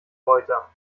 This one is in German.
reuter